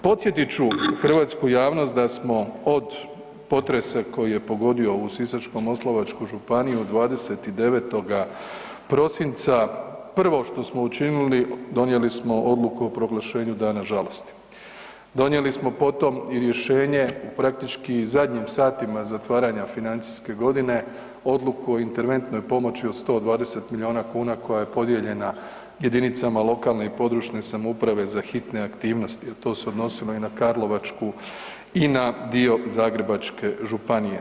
Podsjetit ću hrvatsku javnost da smo od potresa koji je pogodio ovu Sisačko-moslavačku županiju 29. prosinca prvo što smo učinili donijeli smo odluku o proglašenju dana žalosti, donijeli smo potom i rješenje u praktički zadnjim satima zatvaranja financijske godine odluku o interventnoj pomoći od 120 miliona kuna koja je podijeljena jedinicama lokalne i područne samouprave za hitne aktivnosti, a to se odnosilo i na Karlovačku i na dio Zagrebačke županije.